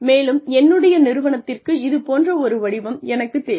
மேலும் என்னுடைய நிறுவனத்திற்கு இது போன்ற ஒரு வடிவம் எனக்குத் தேவை